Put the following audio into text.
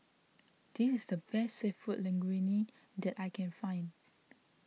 this is the best Seafood Linguine that I can find